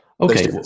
Okay